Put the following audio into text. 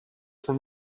from